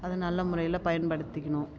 அதை நல்ல முறையில் பயன்படுத்திக்கணும்